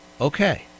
Okay